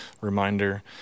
reminder